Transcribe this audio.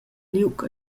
liug